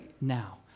now